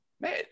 man